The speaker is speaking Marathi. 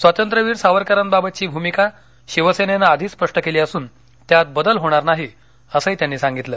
स्वातंत्र्यवीर सावरकरांबाबतची भूमिका शिवसेनेनं आधीच स्पष्ट केली असून त्यात बदल होणार नाही असंही त्यांनी सांगितलं